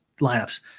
lineups